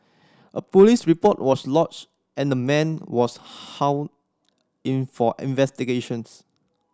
a police report was lodged and the man was hauled in for investigations